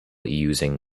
using